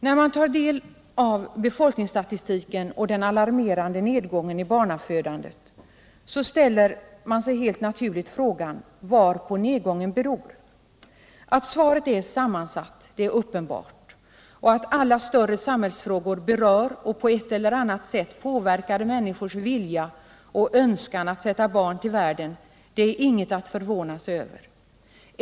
När man tar del av befolkningsstatistiken och den alarmerande nedgången i barnafödandet ställer man sig helt naturligt frågan varpå nedgången beror. Att svaret är sammansatt är uppenbart, och att alla större samhällsfrågor berör och på ett eller annat sätt påverkar människors vilja och önskan att sätta barn till världen är inget att förvåna sig över.